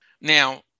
Now